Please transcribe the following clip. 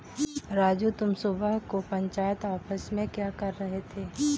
राजू तुम सुबह को पंचायत ऑफिस में क्या कर रहे थे?